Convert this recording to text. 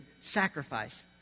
Sacrifice